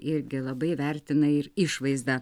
irgi labai vertina ir išvaizdą